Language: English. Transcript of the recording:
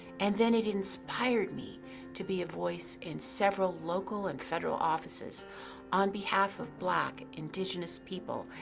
and then it inspired me to be a voice in several local and federal offices on behalf of black, indigenous people,